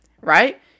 right